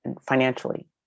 financially